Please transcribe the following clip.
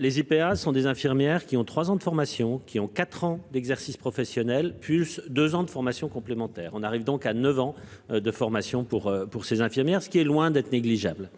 Les IPA sont des infirmières qui ont trois ans de formation qui ont 4 ans d'exercice professionnel Pulse, 2 ans de formation complémentaire on arrive donc à neuf ans de formation pour pour ces infirmières, ce qui est loin d'être négligeable.